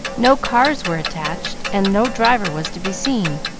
no cars were attached, and no driver was to be seen,